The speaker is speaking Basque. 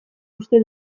uste